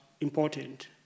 important